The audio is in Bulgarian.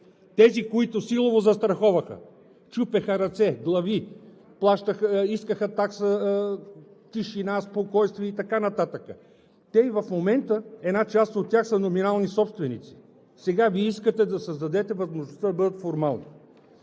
Тези, които силово застраховаха – чупеха ръце, глави, искаха такса тишина, спокойствие и така нататък, и в момента една част от тях са номинални собственици. Сега Вие искате да създадете възможността да бъдат формални.